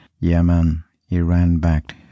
Yemen-Iran-backed